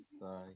Bye